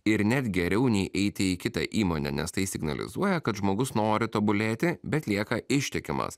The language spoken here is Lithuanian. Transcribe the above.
ir net geriau nei eiti į kitą įmonę nes tai signalizuoja kad žmogus nori tobulėti bet lieka ištikimas